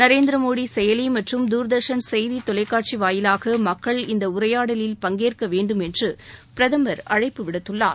நரேந்திரமோடி செயலி மற்றும் தூர்தர்ஷன் செய்தி தொலைக்காட்சி வாயிலாக மக்கள் இந்த உரையாடலில் பங்கேற்க வேண்டும் என்று பிரதமர் அழைப்பு விடுத்துள்ளார்